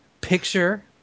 picture